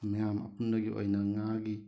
ꯃꯌꯥꯝ ꯑꯄꯨꯟꯕꯒꯤ ꯑꯣꯏꯅ ꯉꯥꯒꯤ